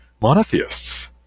monotheists